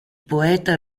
poeta